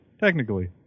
technically